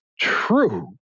true